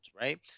right